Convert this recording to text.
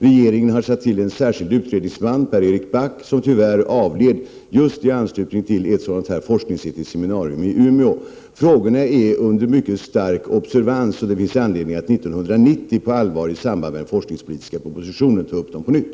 Regeringen har tillsatt en särskild utredningsman, Pär-Erik Back, som tyvärr avled just i anslutning till ett sådant här forskningsetiskt seminarium i Umeå. Frågorna är under mycket stark observans, och det finns anledning att 1990 i samband med den forskningspolitiska propositionen ta upp dem på nytt.